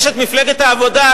אשת מפלגת העבודה,